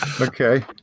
Okay